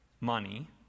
money